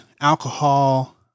alcohol